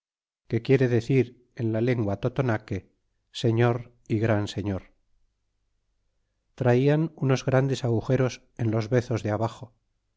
que quiere decir en la lengua totonaque señor y gran señor y traian unos grandes agujeros en los bezos de abaxo